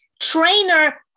trainer